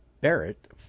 Barrett